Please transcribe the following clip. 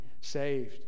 saved